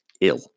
ill